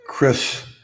Chris